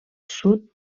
sud